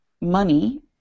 money